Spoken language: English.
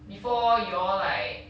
before you all like